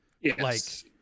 Yes